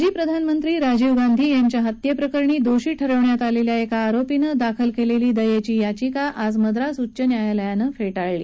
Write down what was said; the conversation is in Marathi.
माजी प्रधानमंत्री राजीव गांधी यांच्या हत्ये प्रकरणी दोषी ठरवण्यात आलेल्या एका आरोपीनं दाखल केलेली दयेची याचिका आज मद्रास उच्च न्यायालयानं फेटाळली